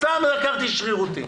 סתם, לקחתי שרירותי.